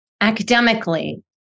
Academically